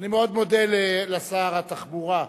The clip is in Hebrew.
אני מאוד מודה לשר התחבורה,